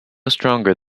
stronger